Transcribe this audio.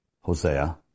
Hosea